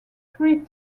three